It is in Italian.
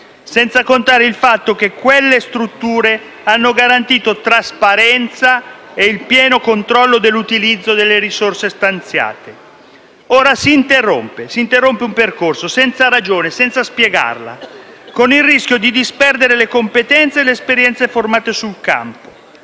senza contare il fatto che quelle strutture hanno garantito trasparenza e il pieno controllo dell'utilizzo delle risorse stanziate. Ora si interrompe un percorso senza ragione, senza spiegarlo, con il rischio di disperdere le competenze e le esperienze formate sul campo,